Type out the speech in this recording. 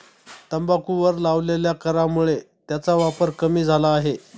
तंबाखूवर लावलेल्या करामुळे त्याचा वापर कमी झाला आहे